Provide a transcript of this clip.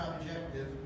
objective